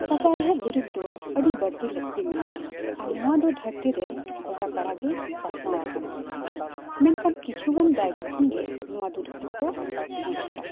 ᱥᱟᱪᱟᱨᱦᱮᱫ ᱫᱩᱨᱤᱵᱽ ᱫᱚ ᱟᱹᱰᱤ ᱵᱟᱹᱲᱛᱤ ᱞᱟᱹᱠᱛᱤ ᱢᱮᱱᱟᱜᱼᱟ ᱟᱨ ᱱᱚᱣᱟ ᱫᱚ ᱫᱷᱟᱹᱨᱛᱤ ᱨᱮ ᱜᱚᱴᱟ ᱯᱟᱲᱟᱜᱮ ᱯᱟᱥᱱᱟᱣ ᱟᱠᱟᱱᱟ ᱢᱮᱱᱠᱷᱟᱱ ᱠᱤᱪᱷᱩ ᱜᱟᱱ ᱡᱟᱭᱜᱟ ᱠᱷᱚᱱ ᱜᱮ ᱱᱚᱣᱟ ᱫᱩᱨᱤᱵᱽ ᱫᱚᱠᱚ ᱚᱰᱚᱠᱟ